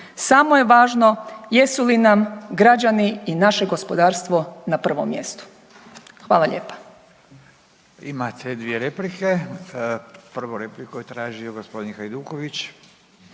Samo je važno jesu li nam građani i naše gospodarstvo na prvom mjestu. Hvala lijepa.